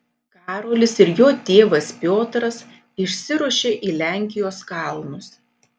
karolis ir jo tėvas piotras išsiruošia į lenkijos kalnus